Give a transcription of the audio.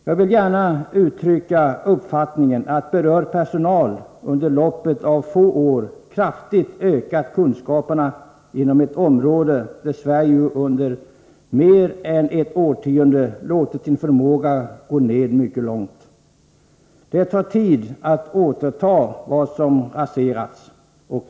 Jag vill gärna uttrycka uppfattningen att berörd personal under loppet av få år kraftigt har ökat kunskaperna inom ett område där Sverige under mer än ett årtionde låtit sin förmåga minska mycket väsentligt. Det tar tid att återta vad som raserats.